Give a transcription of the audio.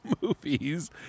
movies